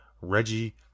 Reggie